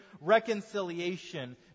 reconciliation